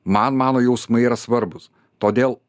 man mano jausmai yra svarbūs todėl